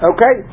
Okay